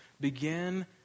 Begin